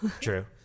True